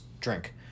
drink